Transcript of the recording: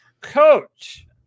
coach